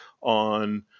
on